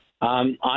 On